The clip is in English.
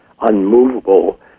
unmovable